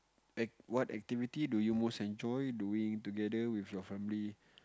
act what activity do you most enjoy doing together with your family